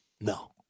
No